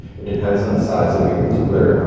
it depends on the size of your particular